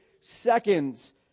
seconds